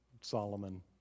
Solomon